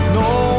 no